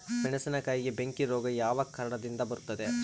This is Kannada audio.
ಮೆಣಸಿನಕಾಯಿಗೆ ಬೆಂಕಿ ರೋಗ ಯಾವ ಕಾರಣದಿಂದ ಬರುತ್ತದೆ?